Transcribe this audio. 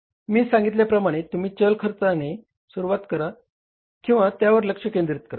मी सांगितल्याप्रमाणे तुम्ही चल खर्चाणे सुरूवात करा किंवा त्यावर लक्ष केंद्रित करा